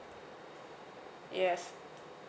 yes